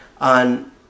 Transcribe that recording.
on